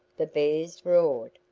the bears roared.